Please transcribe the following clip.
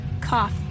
Cough